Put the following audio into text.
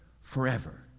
forever